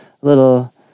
little